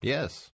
Yes